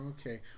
Okay